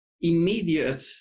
immediate